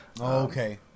okay